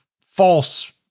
false